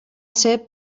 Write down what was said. ser